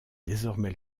désormais